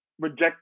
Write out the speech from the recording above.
reject